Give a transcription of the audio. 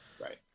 Right